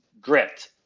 grit